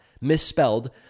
misspelled